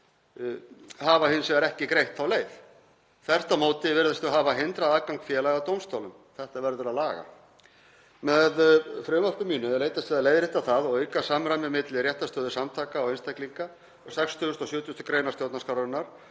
hafa hins vegar ekki greitt þá leið. Þvert á móti virðast þau hafa hindrað aðgang félaga að dómstólum. Þetta verður að laga. Með frumvarpi mínu er leitast við að leiðrétta það og auka samræmi milli réttarstöðu samtaka og einstaklinga og 60. og 70. gr. stjórnarskrárinnar